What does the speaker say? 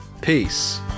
Peace